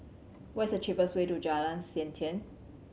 what's the cheapest way to Jalan Siantan